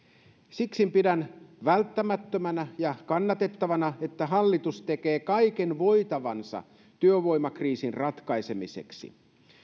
siksi pidän välttämättömänä ja kannatettavana että hallitus tekee kaiken voitavansa työvoimakriisin ratkaisemiseksi